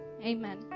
Amen